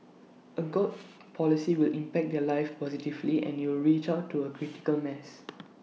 A good policy will impact their lives positively and you'll reach out to A critical mass